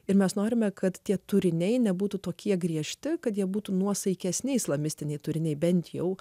ir mes norime kad tie turiniai nebūtų tokie griežti kad jie būtų nuosaikesni islamistiniai turiniai bent jau